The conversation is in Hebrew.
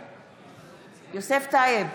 טייב,